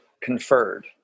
conferred